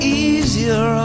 easier